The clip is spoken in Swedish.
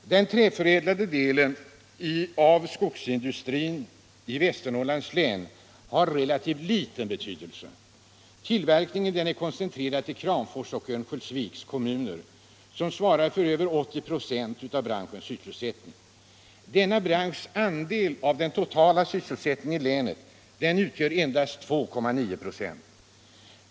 Den träförädlande delen av skogsindustrin i Västernorrlands län har relativt liten betydelse. Tillverkningen är koncentrerad till Kramfors och Örnsköldsviks kommuner, som svarar för över 80 ?6 av branschens sysselsättning. Denna branschs andel av den totala sysselsättningen i länet utgör endast 2,9 26.